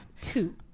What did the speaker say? Two